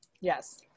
yes